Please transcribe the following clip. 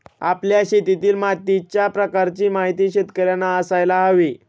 आपल्या शेतातील मातीच्या प्रकाराची माहिती शेतकर्यांना असायला हवी